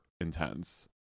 intense